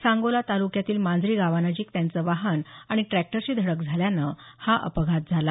सांगोला तालुक्यातील मांजरी गावानजिक त्यांचं वाहन आणि ट्रॅक्टरची धडक झाल्यानं हा अपघात झाला